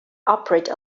operate